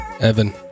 Evan